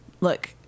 look